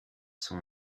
son